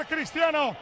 Cristiano